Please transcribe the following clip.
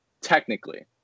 technically